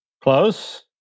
Close